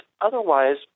otherwise